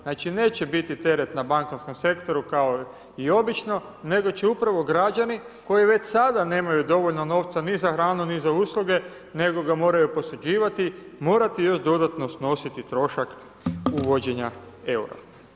Znači, neće biti teret na bankarskom sektoru kao i obično, nego će upravo građani koji već sada nemaju dovoljno novca ni za hranu, ni za usluge, nego ga moraju posuđivati morati još dodatno snositi trošak uvođenja eura.